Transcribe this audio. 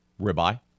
ribeye